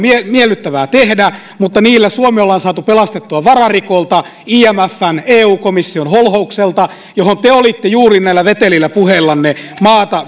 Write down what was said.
miellyttävä tehdä mutta niillä suomi ollaan saatu pelastettua vararikolta imfn ja eu komission holhoukselta johon te olitte juuri näillä vetelillä puheillanne maata